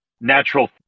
natural